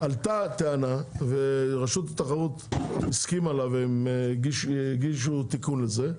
עלתה טענה ורשות התחרות הסכים עליו הם הגישו תיקון לזה,